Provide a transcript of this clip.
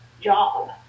job